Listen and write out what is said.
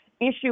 issue